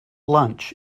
lunch